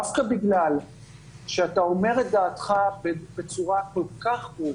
דווקא בגלל שאתה אומר את דעתך בצורה כל כך ברורה,